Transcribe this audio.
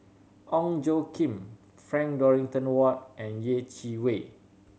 Ong Tjoe Kim Frank Dorrington Ward and Yeh Chi Wei